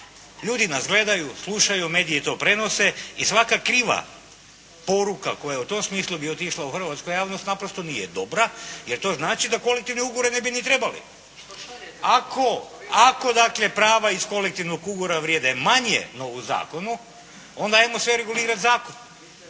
Ljudi nas gledaju, slušaju, mediji prenose i svaka kriva poruka koja u tom smislu bi otišla u hrvatsku javnost naprosto nije dobra jer to znači da kolektivni ugovori ne bi ni trebali. Ako dakle prava iz kolektivnog ugovora vrijede manje no u zakonu onda ajmo sve regulirati zakonom.